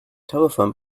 telephone